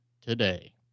today